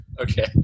Okay